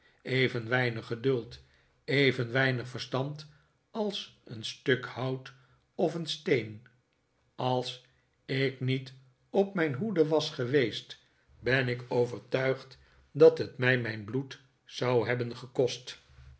even weinig geduld even weinig verstand als een stuk hout of een steen als ik niet op mijn hoede was geweest ben ik overtuigd dat het mij mijn bloed zou hebben gekost